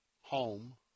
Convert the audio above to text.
home